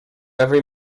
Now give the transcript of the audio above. every